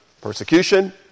persecution